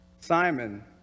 Simon